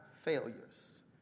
failures